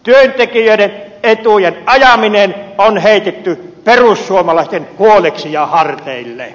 työntekijöiden etujen ajaminen on heitetty perussuomalaisten huoleksi ja harteille